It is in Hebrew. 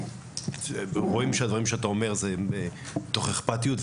רואים שהדברים שאתה אומר נאמרים מתוך אכפתיות.